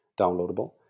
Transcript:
downloadable